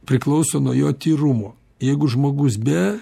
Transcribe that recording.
priklauso nuo jo tyrumo jeigu žmogus be